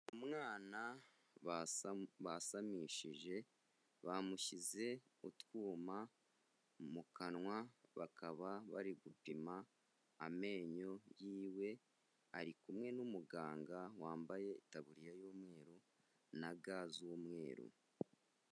Umwana basamishije bamushyize utwuma mu kanwa bakaba bari gupima amenyo yiwe, ari kumwe n'umuganga wambaye itaburiya y'umweru na ga z'umweru.